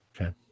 Okay